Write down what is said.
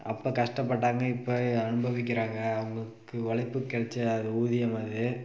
அப்போ கஷ்டப்பட்டாங்க இப்போ அனுபவிக்கிறாங்க அவங்களுக்கு உழைப்புக்கு கெடைச்ச அதில் ஊதியம் அது